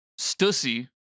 Stussy